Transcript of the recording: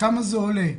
כמה זה עולה,